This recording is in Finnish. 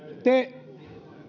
te